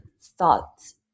thoughts